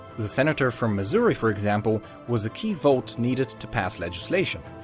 the senator from missouri, for example, was a key vote needed to pass legislation,